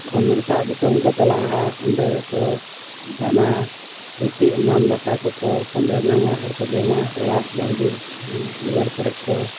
ᱠᱷᱚᱱ ᱮᱴᱟᱜ ᱫᱤᱥᱚᱢ ᱠᱚ ᱪᱟᱞᱟᱜᱼᱟ ᱚᱸᱰᱮ ᱠᱚ ᱫᱟᱱᱟ ᱨᱩᱴᱤ ᱮᱢᱟᱱ ᱫᱟᱠᱟ ᱠᱚ ᱠᱚ ᱯᱟᱸᱡᱟ ᱧᱟᱢᱟ ᱟᱨᱠᱚ ᱡᱚᱢᱟ ᱚᱲᱟᱜ ᱵᱟᱲᱜᱮ ᱫᱩᱣᱟᱹᱨ ᱠᱚᱨᱮᱫ ᱠᱚ